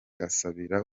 asabira